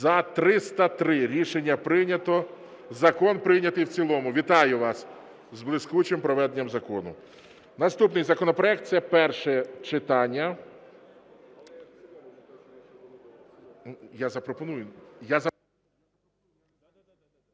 За-303 Рішення прийнято. Закон прийнятий в цілому. Вітаю вас з блискучим проведенням закону. Наступний законопроект. Це перше читання…